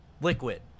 liquid